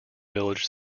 village